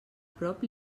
prop